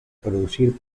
producir